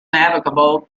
navigable